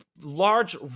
large